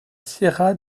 sierra